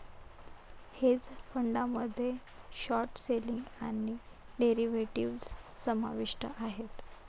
hedge फंडामध्ये short selling आणि derivatives समाविष्ट आहेत